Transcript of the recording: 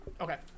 Okay